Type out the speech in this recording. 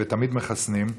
ותמיד מחסנים,